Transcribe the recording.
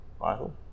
Michael